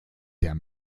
der